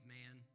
man